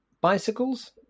bicycles